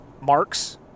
marks